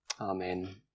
Amen